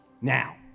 Now